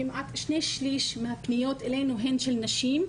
כמעט שני שליש מהפניות אלינו הן של נשים,